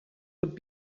would